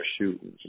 shooting